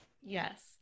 Yes